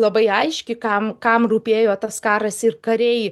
labai aiški kam kam rūpėjo tas karas ir kariai